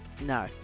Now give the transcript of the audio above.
No